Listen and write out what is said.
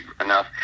enough